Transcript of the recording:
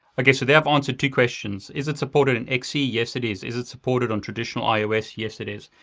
okay, so there i've answered two questions. is it supported and in xe, yes it is. is it supported on traditional ios, yes it is.